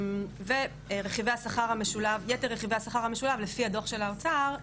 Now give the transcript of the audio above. יתר רכיבי השכר המשולב לפי הדוח של האוצר,